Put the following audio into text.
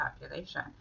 population